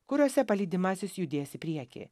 kuriose palydimasis judės į priekį